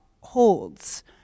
holds